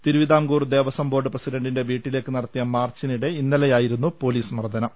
Thiruvithamkoor Devaswom board പ്രസി ഡന്റിന്റെ വീട്ടിലേക്ക് നടത്തിയ മാർച്ചിനിടെ ഇന്നലെയായിരുന്നു പോലീസ് മർദനം